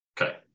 Okay